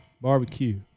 barbecue